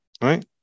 right